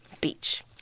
beach